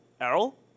Errol